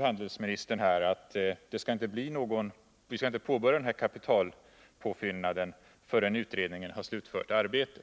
Handelsministern försäkrar att vi inte skall påbörja kapitalpåfyllnaden förrän utredningen har slutfört sitt arbete.